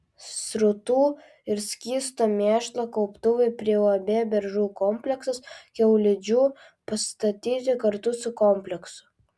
srutų ir skysto mėšlo kauptuvai prie uab beržų kompleksas kiaulidžių pastatyti kartu su kompleksu